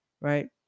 right